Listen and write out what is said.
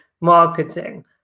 marketing